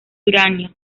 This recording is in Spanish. uranio